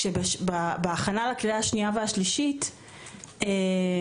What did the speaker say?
כשבהכנה לקריאה השנייה והשלישית אנחנו